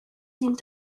seemed